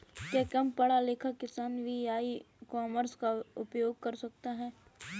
क्या कम पढ़ा लिखा किसान भी ई कॉमर्स का उपयोग कर सकता है?